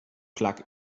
plug